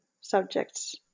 subjects